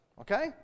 okay